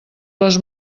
les